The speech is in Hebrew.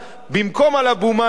במקום על אבו מאזן,